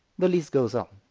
the list goes on.